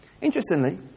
interestingly